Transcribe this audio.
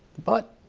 but